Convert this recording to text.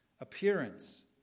appearance